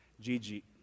Gigi